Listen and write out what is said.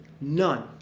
none